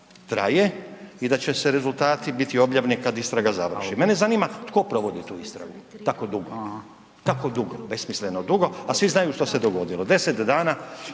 traje i da će rezultati biti objavljeni kada istraga završi. Mene zanima tko provodi tu istragu tako dugo, tako besmisleno dugo, a svi znaju što se dogodilo? 10 dana